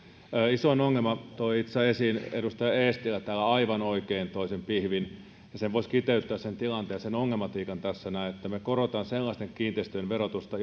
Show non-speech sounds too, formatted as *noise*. isoimman ongelman toi itse asiassa esiin edustaja eestilä täällä aivan oikein toi sen pihvin voisi kiteyttää sen tilanteen sen ongelmatiikan tässä näin että me korotamme sellaisten kiinteistöjen verotusta *unintelligible*